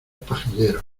pajilleros